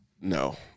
No